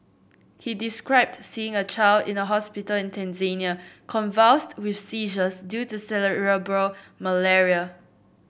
he described seeing a child in a hospital in Tanzania convulsed with seizures due to cerebral malaria